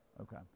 Okay